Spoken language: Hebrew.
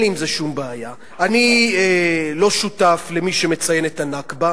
אני לא שותף למי שמציין את ה"נכבה",